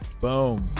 Boom